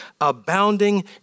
abounding